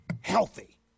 healthy